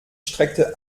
streckte